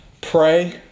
pray